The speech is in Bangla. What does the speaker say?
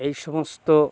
এই সমস্ত